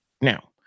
Now